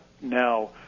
now